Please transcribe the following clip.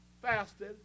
fasted